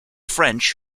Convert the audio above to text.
french